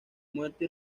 muerte